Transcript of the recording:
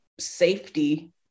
safety